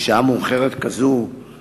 שהאיש לא הוכה אלא נפל כשנמלט